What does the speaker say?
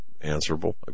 answerable